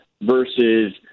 versus